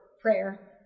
Prayer